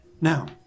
Now